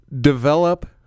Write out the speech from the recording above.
develop